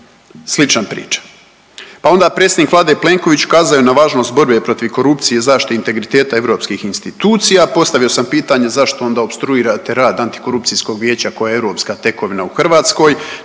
slična priča. Pa onda predsjednik Vlade Plenković ukazuje na važnost borbe protiv korupcije i zaštite integriteta europskih institucija. Postavio sam pitanje zašto onda opstruirate rad antikorupcijskog vijeće koje je europska tekovina u Hrvatskoj